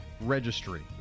Registry